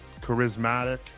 charismatic